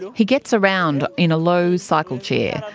yeah he gets around in a low cycle chair.